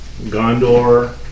Gondor